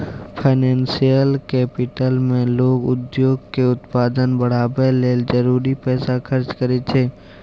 financial capital मे लोक उद्योग के उत्पादन बढ़ाबय लेल जरूरी पैसा खर्च करइ छै